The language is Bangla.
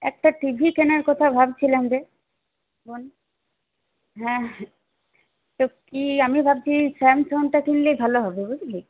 একটা টিভি কেনার কথা ভাবছিলাম রে বোন হ্যাঁ তো কি আমিও ভাবছি স্যামসংটা কিনলেই ভালো হবে বুঝলি